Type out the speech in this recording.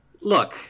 Look